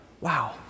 Wow